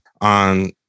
on